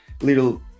little